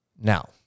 now